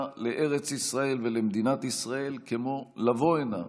לארץ ישראל ולמדינת ישראל כמו לבוא הנה,